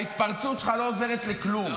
ההתפרצות שלך לא עוזרת לכלום.